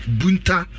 bunta